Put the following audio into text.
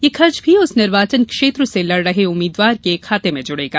यह खर्च भी उस निर्वाचन क्षेत्र से लड़ रहे उम्मीदवार के खाते में जुड़ेगा